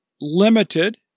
limited